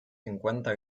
cincuenta